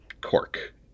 cork